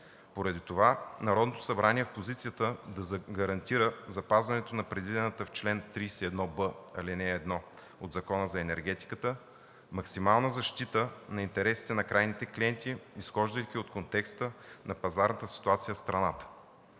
Поради това Народното събрание е в позицията да гарантира запазването на предвидената в чл. 31б, ал. 1 от Закона за енергетиката максимална защита на интересите на крайните клиенти, изхождайки от контекста на пазарната ситуация в страната.